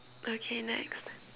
okay next